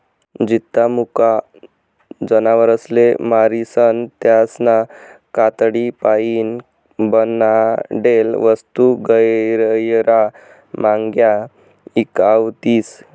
जित्ता मुका जनावरसले मारीसन त्यासना कातडीपाईन बनाडेल वस्तू गैयरा म्हांग्या ईकावतीस